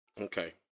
Okay